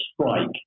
strike